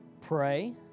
Pray